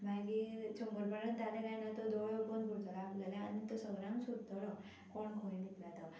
मागीर शंबर परेन जालें कांय ना तो दोळे ऑपन करतलो आपल्याले आनी तो सगळ्यांक सोदतलो कोण खंय लिपला तो